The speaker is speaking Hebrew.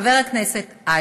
חבר הכנסת אייכלר,